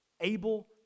able